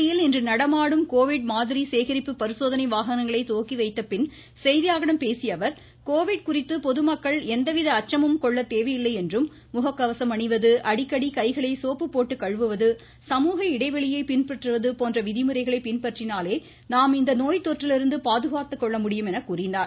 கோவையில் இன்று நடமாடும் கோவிட் மாதிரி சேகரிப்பு பரிசோதனை வாகனங்களை துவக்கி வைத்த பின் செய்தியாளர்களிடம் பேசிய அவர் கோவிட் குறித்து பொதுமக்கள் எந்த வித அச்சமும் கொள்ள தேவையில்லை என்றும் முககவசம் அணிவது அடிக்கடி கைகளை சோப்பு போட்டு கழுவுவது சமூக இடைவெளியை பின்பற்றுவது போன்ற விதிமுறைகளை பின்பற்றினாலே நாம் இந்த நோய் தொற்றிலிருந்து பாதுகாத்து கொள்ள முடியும் என்றார்